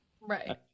Right